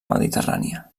mediterrània